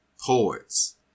poets